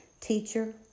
Teacher